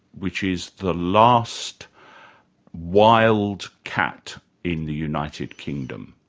which is the last wild cat in the united kingdom.